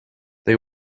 they